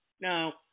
Now